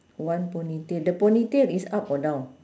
one ponytail the ponytail is up or down